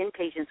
inpatients